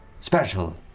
special